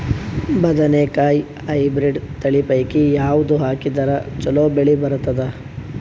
ಬದನೆಕಾಯಿ ಹೈಬ್ರಿಡ್ ತಳಿ ಪೈಕಿ ಯಾವದು ಹಾಕಿದರ ಚಲೋ ಬೆಳಿ ಬರತದ?